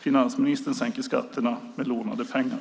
Finansministern sänker skatterna med lånade pengar.